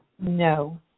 No